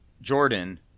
Jordan